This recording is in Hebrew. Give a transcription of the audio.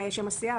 מה יהיה שם הסיעה,